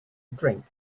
drink